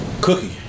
Cookie